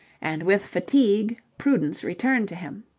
and with fatigue prudence returned to him.